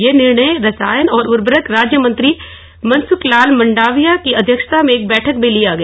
ये निर्णय रसायन और उर्वरक राज्य मंत्री मनसुख लाल मांडविया की अध्यक्षता में एक बैठक में लिया गया